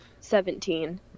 Seventeen